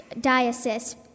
diocese